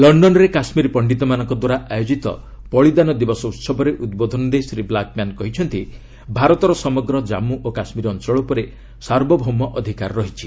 ଲକ୍ଷନ୍ରେ କାଶ୍ମୀର ପଣ୍ଡିତମାନଙ୍କଦ୍ୱାରା ଆୟୋଜିତ ବଳିଦାନ ଦିବସ ଉତ୍ସବରେ ଉଦ୍ବୋଧନ ଦେଇ ଶ୍ରୀ ବ୍ଲାକମ୍ୟାନ୍ କହିଛନ୍ତି ଭାରତର ସମଗ୍ର ଜନ୍ମୁ ଓ କାଶ୍ଲୀର ଅଞ୍ଚଳ ଉପରେ ସାର୍ବଭୌମ ଅଧିକାର ରହିଛି